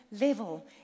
level